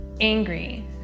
angry